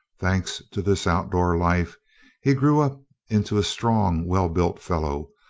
thanks to this outdoor life he grew up into a strong, well-built fellow,